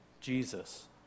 Jesus